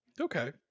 Okay